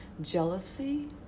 jealousy